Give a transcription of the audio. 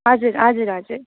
हजुर हजुर हजुर